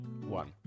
one